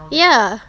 ya